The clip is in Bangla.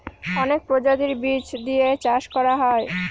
অনেক প্রজাতির বীজ দিয়ে চাষ করা হয়